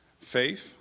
Faith